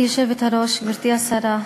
גברתי היושבת-ראש, גברתי השרה,